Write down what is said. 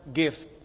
gift